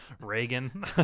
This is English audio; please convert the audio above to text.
Reagan